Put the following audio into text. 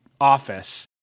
office